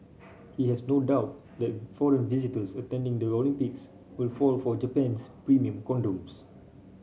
he has no doubt that foreign visitors attending the Olympics will fall for Japan's premium condoms